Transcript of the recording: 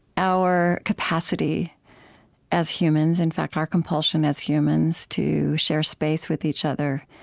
our capacity as humans in fact, our compulsion as humans to share space with each other,